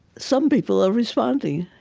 some people are responding.